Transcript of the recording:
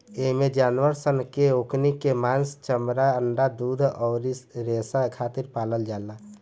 एइमे जानवर सन के ओकनी के मांस, चमड़ा, अंडा, दूध अउरी रेसा खातिर पालल जाला